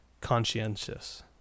conscientious